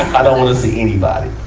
i don't wanna see anybody.